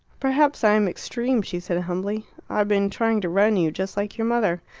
perhaps i am extreme, she said humbly. i've been trying to run you, just like your mother.